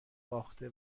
باخته